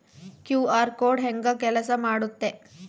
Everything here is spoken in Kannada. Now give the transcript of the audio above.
ಕ್ಯೂ.ಆರ್ ಕೋಡ್ ಹೆಂಗ ಕೆಲಸ ಮಾಡುತ್ತೆ?